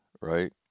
right